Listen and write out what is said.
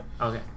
Okay